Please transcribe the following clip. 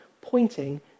pointing